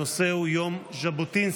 הנושא הוא יום ז'בוטינסקי.